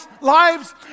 lives